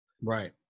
right